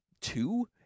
two